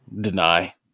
Deny